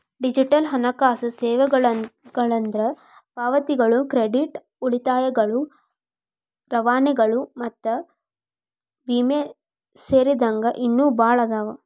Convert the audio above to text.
digital ಹಣಕಾಸು ಸೇವೆಗಳಂದ್ರ ಪಾವತಿಗಳು ಕ್ರೆಡಿಟ್ ಉಳಿತಾಯಗಳು ರವಾನೆಗಳು ಮತ್ತ ವಿಮೆ ಸೇರಿದಂಗ ಇನ್ನೂ ಭಾಳ್ ಅದಾವ